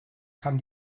kann